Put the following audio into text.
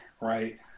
right